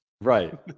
Right